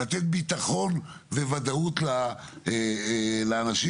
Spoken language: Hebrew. לתת ביטחון וודאות לאנשים.